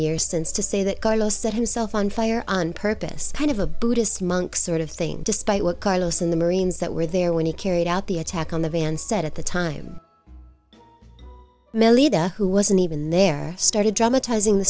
years since to say that carlos set himself on fire on purpose kind of a buddhist monk sort of thing despite what carlos and the marines that were there when he carried out the attack on the van said at the time melida who wasn't even there started dramatize ing the